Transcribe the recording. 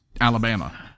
Alabama